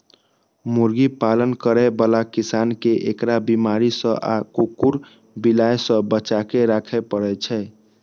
मुर्गी पालन करै बला किसान कें एकरा बीमारी सं आ कुकुर, बिलाय सं बचाके राखै पड़ै छै